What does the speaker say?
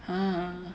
!huh!